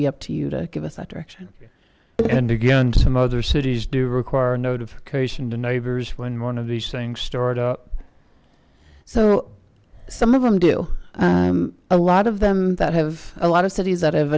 be up to you to give us that direction and again some other cities do require notification to neighbors when one of these things start up so some of them do a lot of them that have a lot of cities that